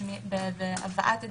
בהבאת עדים,